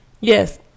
yes